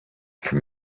from